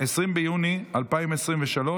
20 ביוני 2023,